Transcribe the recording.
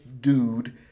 dude